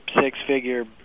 six-figure